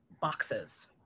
boxes